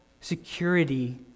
security